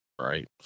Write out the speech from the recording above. Right